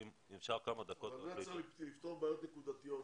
אם צריך לפתור בעיות נקודתיות,